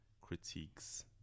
critiques